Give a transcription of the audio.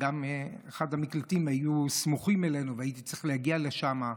וגם אחד המקלטים היה סמוך אלינו והייתי צריך להגיע לשם.